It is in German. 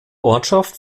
ortschaft